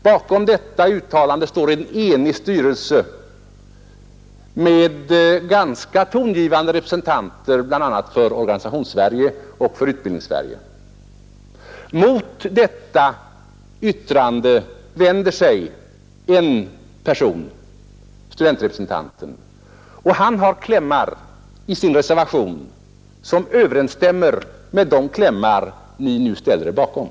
Bakom detta uttalande står en enig styrelse med ganska tongivande representanter för bl.a. Organisationssverige och Utbildningssverige. Mot detta yttrande vänder sig en person, studentrepresentanten. Han har i sin reservation klämmar, som överensstämmer med det krav ni nu ställer er bakom.